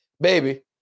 Baby